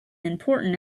important